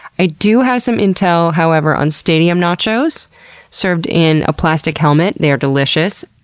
i do have some intel, however, on stadium nachos served in a plastic helmet. they are delicious.